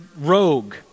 rogue